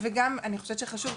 וגם אני חושבת שחשוב,